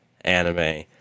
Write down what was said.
anime